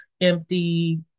empty